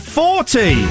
forty